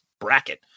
bracket